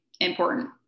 important